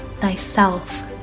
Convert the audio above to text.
thyself